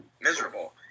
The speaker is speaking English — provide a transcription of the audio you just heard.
miserable